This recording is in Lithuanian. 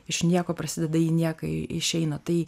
iš nieko prasideda į nieką išeina tai